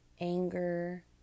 anger